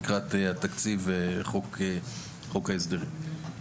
לקראת תקציב חוק ההסדרים,